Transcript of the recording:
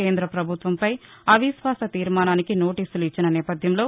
కేంద పభుత్వంపై అవిశ్వాస తీర్మానానికి నోటీసులు ఇచ్చిన నేపథ్యంలో